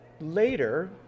Later